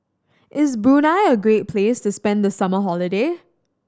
is Brunei a great place to spend the summer holiday